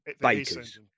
bakers